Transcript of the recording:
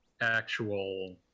actual